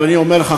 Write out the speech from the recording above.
אבל אני אומר לך,